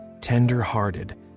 tender-hearted